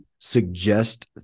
suggest